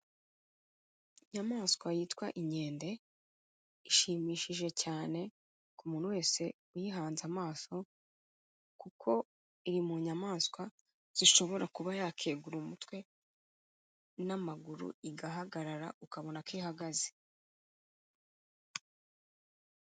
Inyamaswa yitwa inkende, ishimishije cyane ku muntu wese uyihanze amaso, kuko iri mu nyamaswa zishobora kuba yakegura umutwe n'amaguru igahagarara ukabona ko ihagaze.